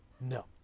no